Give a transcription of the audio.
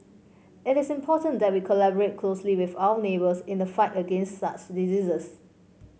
it is important that we collaborate closely with our neighbours in the fight against such diseases